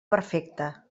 perfecte